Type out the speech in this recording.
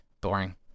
boring